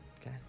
Okay